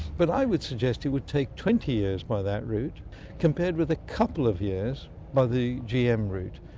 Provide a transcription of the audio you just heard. but i would suggest it would take twenty years by that route compared with a couple of years by the gm route.